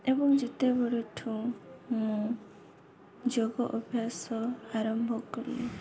ଏବଂ ଯେତେବେଳେଠୁଁ ମୁଁ ଯୋଗ ଅଭ୍ୟାସ ଆରମ୍ଭ କଲି